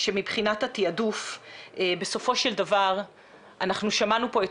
שמבחינת התיעדוף בסופו של דבר אנחנו שמענו פה את